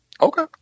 Okay